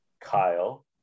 Kyle